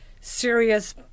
serious